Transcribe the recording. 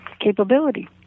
capability